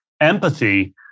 empathy